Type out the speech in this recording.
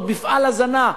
עוד מפעל הזנה,